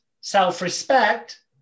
self-respect